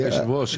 היושב ראש,